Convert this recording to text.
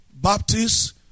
Baptists